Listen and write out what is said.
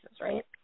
right